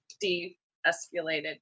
de-escalated